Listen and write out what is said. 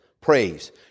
praise